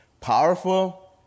powerful